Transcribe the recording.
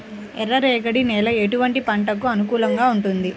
ఎర్ర రేగడి నేల ఎటువంటి పంటలకు అనుకూలంగా ఉంటుంది?